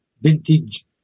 vintage